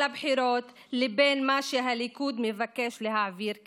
הבחירות לבין מה שהליכוד מבקש להעביר כאן.